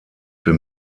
für